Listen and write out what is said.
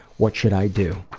what should i do?